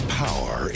power